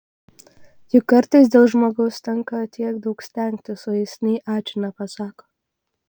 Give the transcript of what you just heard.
juk kartais dėl žmogaus tenka tiek daug stengtis o jis nė ačiū nepasako